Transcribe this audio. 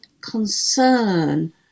concern